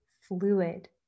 fluid